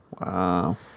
Wow